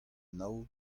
nav